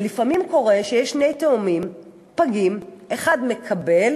ולפעמים קורה שיש שני פגים, תאומים, ואחד מקבל